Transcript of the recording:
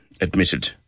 admitted